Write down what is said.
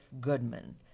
Goodman